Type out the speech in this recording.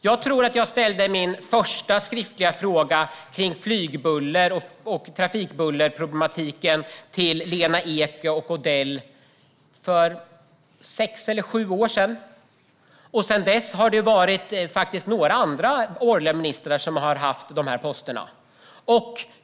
Jag ställde min första skriftliga fråga om flygbuller och trafikbullerproblematiken till Lena Ek och Mats Odell för sex eller sju år sedan. Sedan dess har det varit några andra borgerliga ministrar som har haft de här posterna.